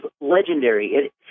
legendary